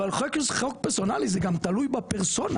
אבל חוק פרסונלי זה גם תלוי בפרסונה,